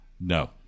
No